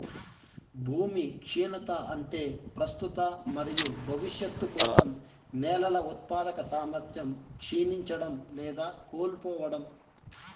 భూమి క్షీణత అంటే ప్రస్తుత మరియు భవిష్యత్తు కోసం నేలల ఉత్పాదక సామర్థ్యం క్షీణించడం లేదా కోల్పోవడం